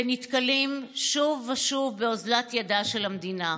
ונתקלים שוב ושוב באוזלת ידה של המדינה.